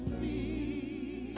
the